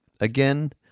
again